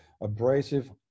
abrasive